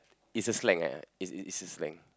it's a slang ah it's it's it's a slang